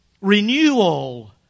Renewal